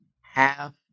half